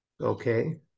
Okay